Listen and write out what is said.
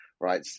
right